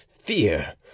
fear